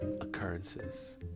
occurrences